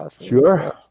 Sure